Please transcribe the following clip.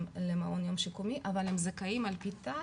למעון יום שיקומי אבל הם זכאים ע"פ תע"ס,